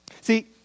See